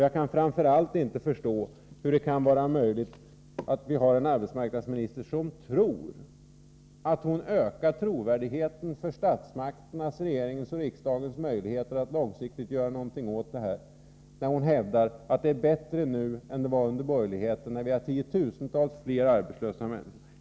Jag kan framför allt inte förstå hur det kan vara möjligt att vi har en arbetsmarknadsminister som tror att hon ökar trovärdigheten för statsmakternas — regering och riksdag — möjligheter att långsiktigt göra någonting åt detta, när hon hävdar att det är bättre nu än det var under borgerligheten, samtidigt som vi har tiotusentals fler arbetslösa människor.